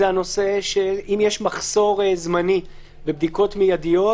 אם יש מחסור זמני בבדיקות מיידיות,